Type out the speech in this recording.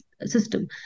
system